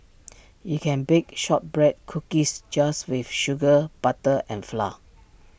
you can bake Shortbread Cookies just with sugar butter and flour